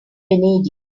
vanadium